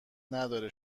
نداره